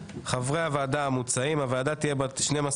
חברי הוועדה המוצעת הוועדה תהיה בת 12 חברים,